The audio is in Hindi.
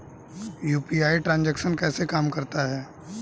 यू.पी.आई ट्रांजैक्शन कैसे काम करता है?